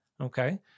okay